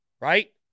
right